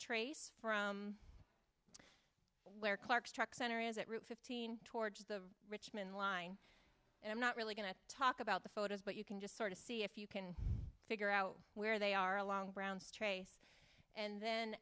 trace from where clark's truck center is at route fifteen towards the richmond line and i'm not really going to talk about the photos but you can just sort of see if you can figure out where they are along browns trace and then